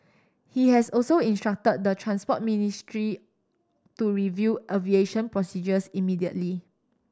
he has also instruct the Transport Ministry to review aviation procedures immediately